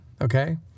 okay